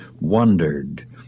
wondered